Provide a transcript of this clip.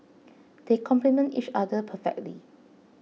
they complement each other perfectly